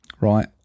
right